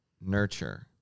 nurture